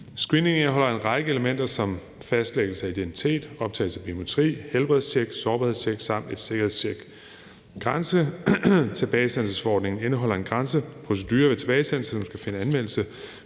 Screeningen indeholder en række elementer som fastlæggelse af identitet, optagelse af biometri, helbredstjek, sårbarhedstjek samt et sikkerhedstjek. Grænsetilbagesendelsesforordningen indeholder en grænseprocedure ved tilbagesendelse, som skal finde anvendelse